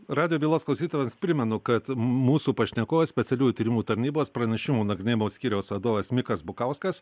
radijo bylos klausytojams primenu kad m mūsų pašnekovas specialiųjų tyrimų tarnybos pranešimų nagrinėjimo skyriaus vadovas mikas bukauskas